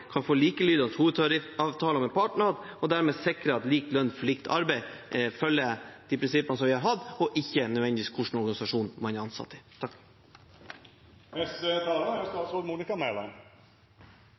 kan få likelydende hovedtariffavtaler med partene, og dermed sikre at vi følger prinsippet vi har hatt om lik lønn for likt arbeid,